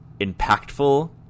impactful